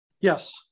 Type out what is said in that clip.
Yes